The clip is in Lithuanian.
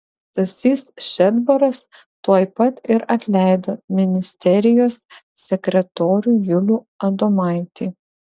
stasys šedbaras tuoj pat ir atleido ministerijos sekretorių julių adomaitį